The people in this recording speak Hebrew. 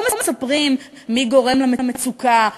לא מספרים מי גורם למצוקה,